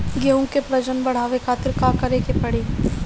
गेहूं के प्रजनन बढ़ावे खातिर का करे के पड़ी?